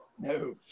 No